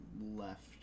left